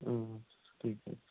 ও আচ্ছা আচ্ছা ঠিক আছে